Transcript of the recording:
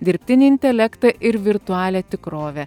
dirbtinį intelektą ir virtualią tikrovę